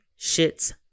shits